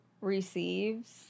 receives